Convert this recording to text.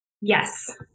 Yes